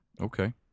Okay